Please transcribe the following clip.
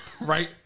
right